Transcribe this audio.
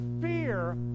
fear